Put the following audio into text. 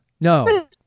No